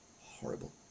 horrible